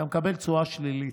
אתה מקבל תשואה שלילית.